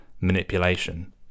manipulation